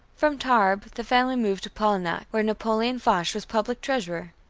from tarbes, the family moved to polignac, where napoleon foch was public treasurer.